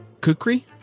kukri